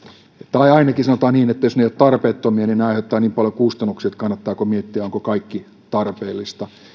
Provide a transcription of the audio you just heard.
tai ainakin sanotaan niin että jos ne eivät ole tarpeettomia niin ne aiheuttavat niin paljon kustannuksia että kannattaako miettiä onko kaikki tarpeellista